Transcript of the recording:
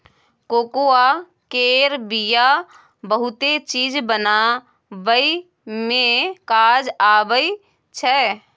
cocoa केर बिया बहुते चीज बनाबइ मे काज आबइ छै